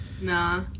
Nah